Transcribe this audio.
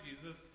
Jesus